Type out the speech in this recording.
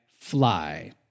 fly